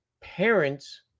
parents